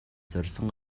зорьсон